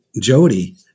Jody